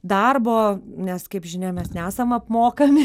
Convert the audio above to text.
darbo nes kaip žinia mes nesam apmokami